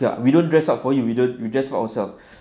cakap we don't dress up for you we don't we dress up for ourselves